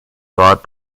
guard